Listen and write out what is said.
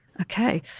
Okay